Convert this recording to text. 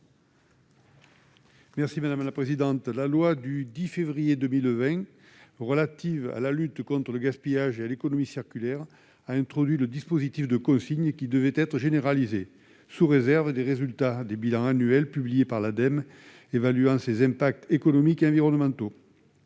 n° 301 rectifié. La loi du 10 février 2020 relative à la lutte contre le gaspillage et à l'économie circulaire a introduit le dispositif de consigne, qui devait être généralisé sous réserve des résultats des bilans annuels, publiés par l'Ademe, évaluant ses impacts économiques et environnementaux.